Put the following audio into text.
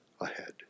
ahead